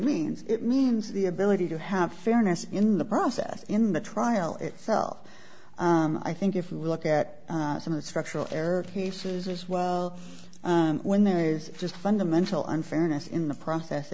means it means the ability to have fairness in the process in the trial itself i think if you look at some of the structural error pieces as well when there is just fundamental unfairness in the process